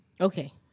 Okay